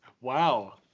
Wow